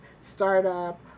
startup